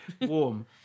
Warm